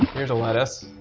here's a lettuce.